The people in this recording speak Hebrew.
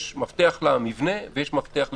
יש מפתח למבנה ויש מפתח לדירות.